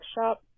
shop